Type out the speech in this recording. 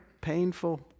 painful